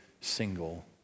single